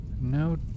No